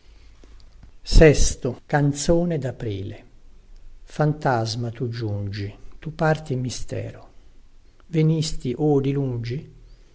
canzone d aprile fantasma tu giungi tu parti mistero venisti o di lungi